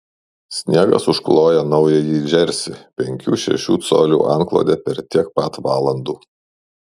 sniegas užkloja naująjį džersį penkių šešių colių antklode per tiek pat valandų